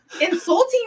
insulting